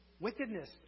Wickedness